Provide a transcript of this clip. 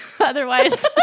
Otherwise